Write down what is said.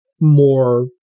more